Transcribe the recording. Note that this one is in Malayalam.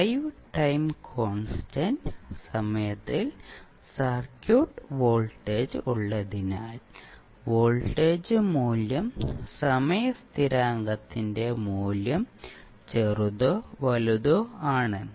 5 ടൈം കോൺസ്റ്റന്റ് സമയത്തിൽ സർക്യൂട്ട് വോൾട്ടേജ് ഉള്ളതിനാൽ വോൾട്ടേജ് മൂല്യം സമയ സ്ഥിരാങ്കത്തിന്റെ മൂല്യം ചെറുതോ വലുതോ ആണ്